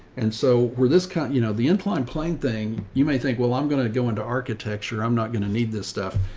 and so where this con you know, the inclined plane thing, you may think, well, i'm going to go into architecture. i'm not going to need this stuff.